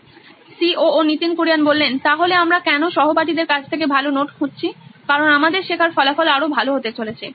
Nitin Kurian C O O নোইন electronics তাহলে আমরা কেন সহপাঠীদের কাছ থেকে ভাল নোট খুঁজছি কারণ আমাদের শেখার ফলাফল আরও ভালো হতে চলেছে